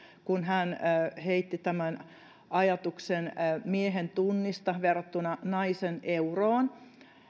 kun hän heitti tämän ajatuksen miehen tunnista verrattuna naisen euroon